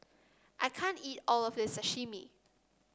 I can't eat all of this Sashimi